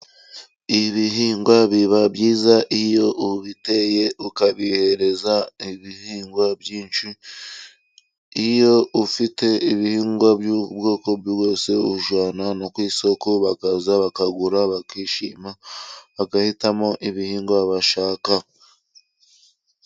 Ibi bihingwa biba byiza iyo ubiteye ukabihereza ibihingwa byinshi, iyo ufite ibihingwa by'ubwoko bwose, ujyana ku isoko bakaza bakagura, bakishima, bagahitamo ibihingwa bashaka.